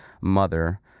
mother